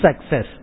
success